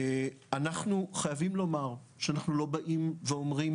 אנחנו חייבים לומר שאנחנו לא באים ואומרים